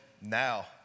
now